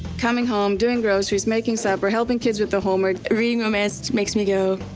coming home, doing groceries, making supper, helping kids with the homework. reading romance makes me go